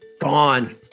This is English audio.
gone